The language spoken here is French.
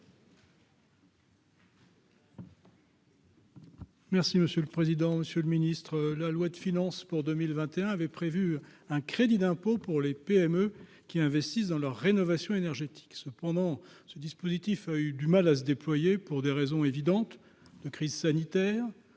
monsieur le président, Monsieur le Ministre, la loi de finances pour 2021 avait prévu un crédit d'impôt pour les PME qui investissent dans leur rénovation énergétique cependant ce dispositif a eu du mal à se déployer, pour des raisons évidentes de crise sanitaire